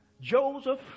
Joseph